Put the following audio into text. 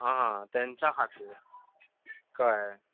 आं तेंच्या फाटल्यान कळ्ळें